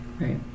Right